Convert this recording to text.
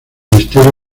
ministerio